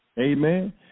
Amen